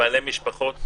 בעלי משפחות.